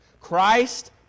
Christ